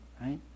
right